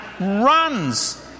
runs